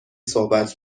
صحبت